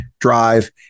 drive